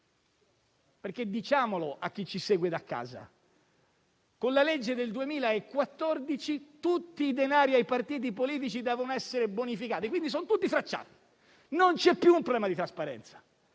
Diciamo a chi ci segue da casa che, con la legge del 2014, tutti i denari destinati ai partiti politici devono essere bonificati. Quindi, sono tutti tracciati; non c'è più un problema di trasparenza.